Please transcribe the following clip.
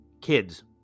Kids